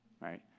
right